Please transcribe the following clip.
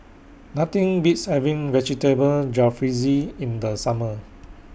Nothing Beats having Vegetable Jalfrezi in The Summer